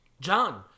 John